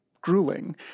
grueling